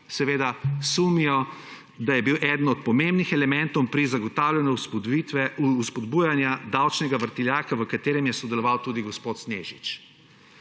seveda sumijo, da je bil eden od pomembnih elementov pri zagotavljanju spodbujanja davčnega vrtiljaka v katerem je sodeloval tudi gospod Snežić.